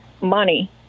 money